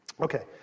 Okay